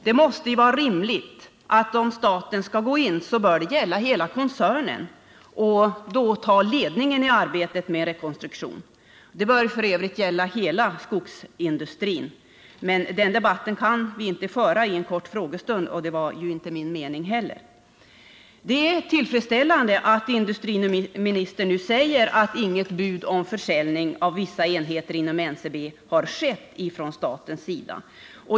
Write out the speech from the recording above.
Om staten skall gå in, är det rimligt att åtagandet gäller hela koncernen och att staten tar ledningen i arbetet med rekonstruktionen. Det bör f. ö. gälla hela skogsindustrin, men den debatten kan vi inte föra under en kort frågestund. och det var inte heller min mening. Det är tillfredsställande att industriministern nu säger att något bud om försäljning av vissa enheter inom NCB inte har gått ut från statens sida.